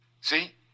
See